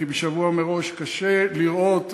כי שבוע מראש קשה לראות,